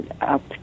up